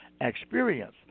experience